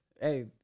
Hey